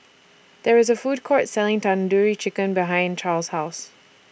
There IS A Food Court Selling Tandoori Chicken behind Charls' House